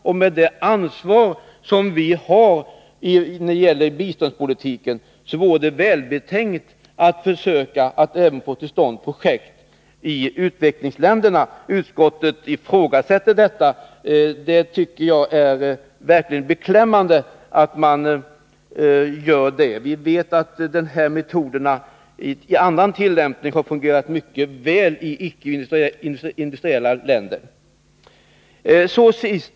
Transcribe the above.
Med det ansvar som vi har när det gäller biståndspolitiken vore det välbetänkt att försöka få till stånd projekt i u-länderna. Utskottet ifrågasätter det. Jag tycker det är beklämmande. Vi vet att dessa metoder i annan tillämpning har fungerat mycket väl i icke-industriella länder. Jag yrkar bifall till reservation 36.